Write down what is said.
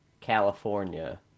california